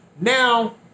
Now